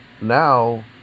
now